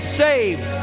saved